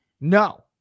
no